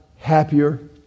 happier